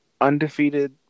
Undefeated